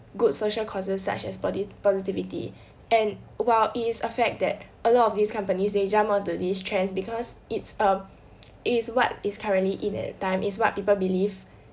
good social causes such as body positivity and while it is a fact that a lot of these companies they jump on to these trends because it's um it is what is currently in that time it's what people believe